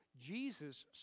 Jesus